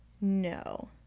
No